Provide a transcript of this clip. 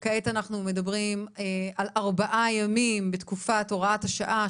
אבל כעת אנחנו מדברים על ארבעה ימים בתקופת הוראת השעה,